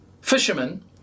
fishermen